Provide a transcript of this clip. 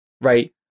right